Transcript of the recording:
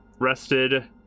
rested